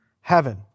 heaven